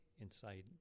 inside